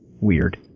Weird